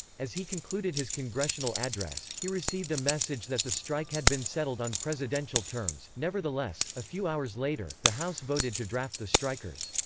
as he concluded his congressional address, he received a message that the strike had been settled on presidential terms nevertheless, a few hours later, the house voted to draft the strikers.